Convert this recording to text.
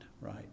right